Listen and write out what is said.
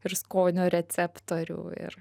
ir skonio receptorių ir